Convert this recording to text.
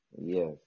Yes